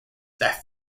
that